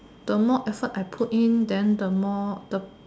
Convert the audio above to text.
the more effort I put in then the more the